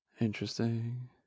Interesting